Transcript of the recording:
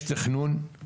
יש תכנון.